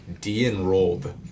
de-enrolled